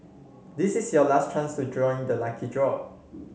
this is your last chance to join the lucky draw